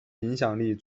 影响力